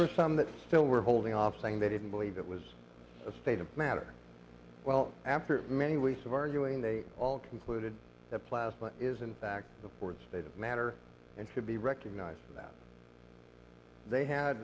are some that still were holding off saying they didn't believe it was a state of matter well after many weeks of arguing they all concluded that plasma is in fact the fourth state of matter and should be recognized that they had